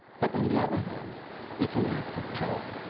but on the other hand it's an act of power.